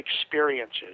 experiences